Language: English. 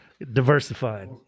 diversified